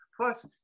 plus